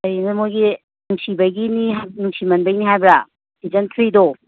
ꯀꯩꯅꯣ ꯃꯣꯏꯒꯤ ꯅꯨꯡꯁꯤꯕꯒꯤꯅꯤ ꯍꯥꯏꯕ꯭ꯔ ꯅꯨꯡꯁꯤꯃꯟꯕꯩꯅꯤ ꯍꯥꯏꯕ꯭ꯔ ꯁꯤꯖꯟ ꯊ꯭ꯔꯤꯗꯣ